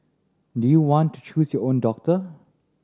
do you want to choose your own doctor